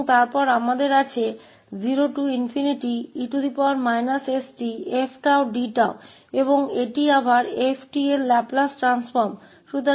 और फिर हमारे पास 0e 𝜏Tf𝜏d𝜏 है और यह फिर से f का लाप्लास रूपांतर है